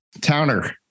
Towner